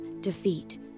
defeat